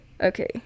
Okay